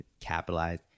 capitalize